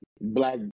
Black